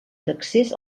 d’accés